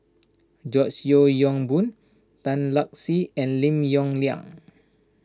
George Yeo Yong Boon Tan Lark Sye and Lim Yong Liang